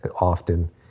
often